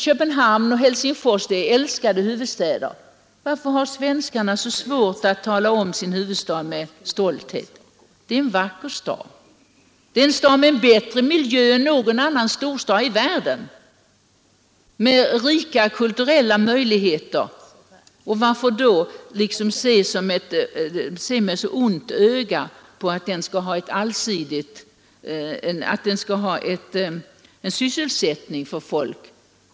Köpenhamn och Helsingfors är älskade huvudstäder. Varför har svenskarna så svårt att tala om sin huvudstad med stolthet? Det är en vacker stad. Den har bättre miljö än någon annan storstad i världen, den har rika kulturella möjligheter. Varför då se med så onda blickar på att den skall ge sysselsättning åt folk?